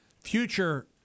future